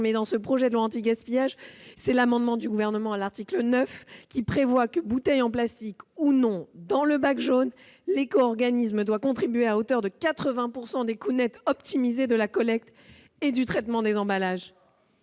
dans ce projet de loi anti-gaspillage, au moyen d'un amendement à l'article 9, que, bouteille en plastique ou non dans le bac jaune, l'éco-organisme doit contribuer à hauteur de 80 % des coûts nets optimisés de la collecte et du traitement des emballages.